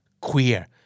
Queer